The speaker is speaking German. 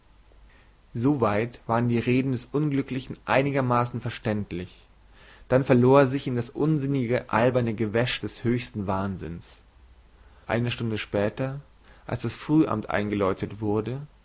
weit waren die reden des unglücklichen einigermaßen verständlich dann verlor er sich in das unsinnige alberne gewäsch des höchsten wahnsinns eine stunde später als das frühamt eingeläutet wurde